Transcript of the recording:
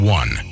one